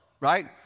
Right